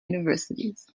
universities